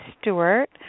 Stewart